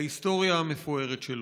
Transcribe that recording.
להיסטוריה המפוארת שלו.